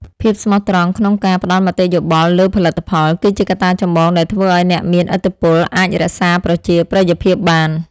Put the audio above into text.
ភាពស្មោះត្រង់ក្នុងការផ្ដល់មតិយោបល់លើផលិតផល គឺជាកត្តាចម្បងដែលធ្វើឱ្យអ្នកមានឥទ្ធិពលអាចរក្សាប្រជាប្រិយភាពបាន។